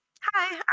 Hi